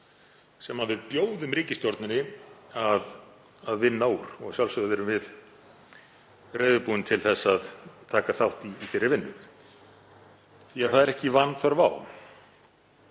sem við bjóðum ríkisstjórninni að vinna úr og að sjálfsögðu erum við reiðubúin til að taka þátt í þeirri vinnu því að ekki er vanþörf á.